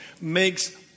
makes